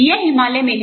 यह हिमालय में है